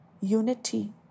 unity